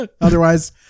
otherwise